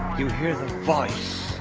you hear the voice.